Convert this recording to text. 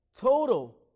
total